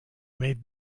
made